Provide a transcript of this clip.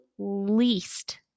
least